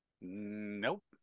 Nope